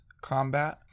combat